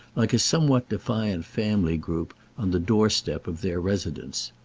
like a somewhat defiant family-group, on the doorstep of their residence.